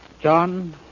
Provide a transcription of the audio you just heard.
John